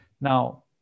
Now